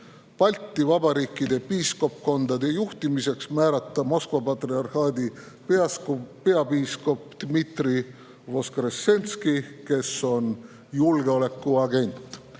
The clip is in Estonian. Balti vabariikide piiskopkondade juhiks pidi määratama Moskva patriarhaadi peapiiskop Dmitri Voskressenski, kes oli julgeolekuagent.